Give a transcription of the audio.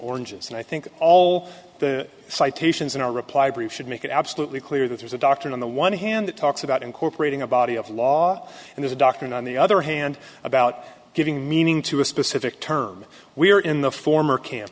oranges and i think all the citations in our reply brief should make it absolutely clear that there's a doctrine on the one hand that talks about incorporating a body of law and the doctrine on the other hand about giving meaning to a specific term we're in the former camp